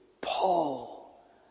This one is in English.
Paul